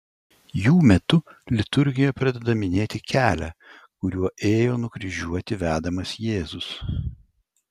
jų metu liturgija pradeda minėti kelią kuriuo ėjo nukryžiuoti vedamas jėzus